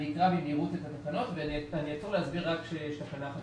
אני אקרא במהירות את התקנות ואני אעצור להסביר את התקנה הזאת.